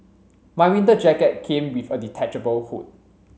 my winter jacket came with a detachable hood